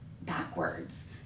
backwards